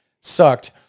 sucked